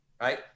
right